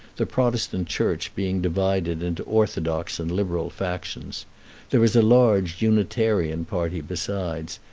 the protestant church being divided into orthodox and liberal factions there is a large unitarian party besides,